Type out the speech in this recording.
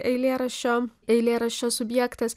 eilėraščio eilėraščio subjektas